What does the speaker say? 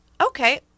okay